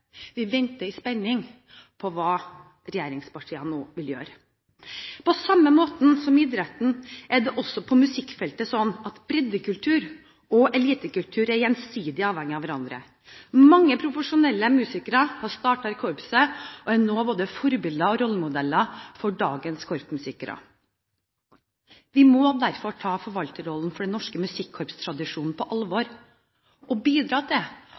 Vi venter i spenning på hva regjeringspartiene nå vil gjøre. På samme måte som i idretten er det også på musikkfeltet slik at breddekultur og elitekultur er gjensidig avhengig av hverandre. Mange profesjonelle musikere har startet i korps og er nå både forbilder og rollemodeller for dagens korpsmusikere. Vi må derfor ta forvalterrollen for den norske musikkorpstradisjonen på alvor og bidra til